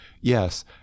yes